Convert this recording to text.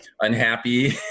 unhappy